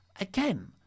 again